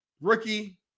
Rookie